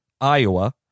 Iowa